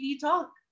Talk